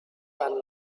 and